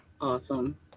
Awesome